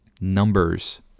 numbers